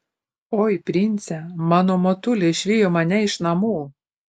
oi prince mano motulė išvijo mane iš namų